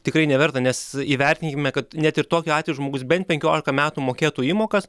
tikrai neverta nes įvertinkime kad net ir tokiu atveju žmogus bent penkiolika metų mokėtų įmokas